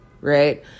right